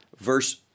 verse